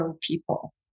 people